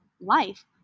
life